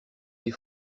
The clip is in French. des